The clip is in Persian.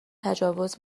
تجاوز